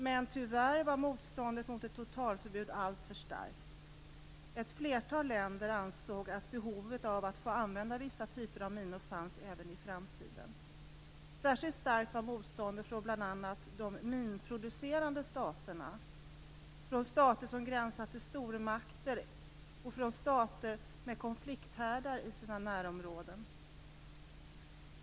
Men tyvärr var motståndet mot ett totalförbud alltför starkt. Ett flertal länder ansåg att det fanns behov av att använda vissa typer av minor även i framtiden. Särskilt starkt var motståndet från bl.a. de minproducerande staterna, stater som gränsar till stormakter och stater med konflikthärdar i sina närområden.